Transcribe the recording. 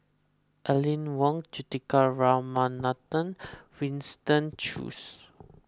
Aline Wong Juthika Ramanathan Winston Choos